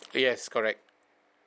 yes correct